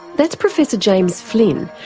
that's professor james flynn,